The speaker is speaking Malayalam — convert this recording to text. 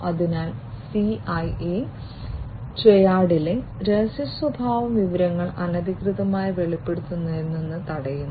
അതിനാൽ സിഐഎ ട്രയാഡിലെ രഹസ്യസ്വഭാവം വിവരങ്ങൾ അനധികൃതമായി വെളിപ്പെടുത്തുന്നതിൽ നിന്ന് തടയുന്നു